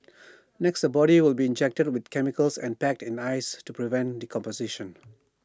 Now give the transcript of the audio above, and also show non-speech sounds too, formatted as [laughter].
[noise] next the body will be injected with chemicals and packed in ice to prevent decomposition